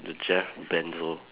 the Jeff Bezos